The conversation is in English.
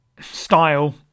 style